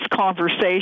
conversation